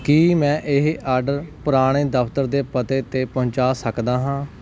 ਕੀ ਮੈਂ ਇਹ ਆਰਡਰ ਪੁਰਾਣੇ ਦਫ਼ਤਰ ਦੇ ਪਤੇ 'ਤੇ ਪਹੁੰਚਾ ਸਕਦਾ ਹਾਂ